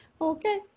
Okay